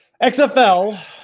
XFL